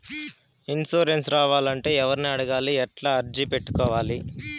Insurance రావాలంటే ఎవర్ని అడగాలి? ఎట్లా అర్జీ పెట్టుకోవాలి?